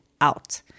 out